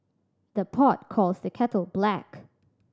the pot calls the kettle black